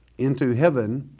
into heaven,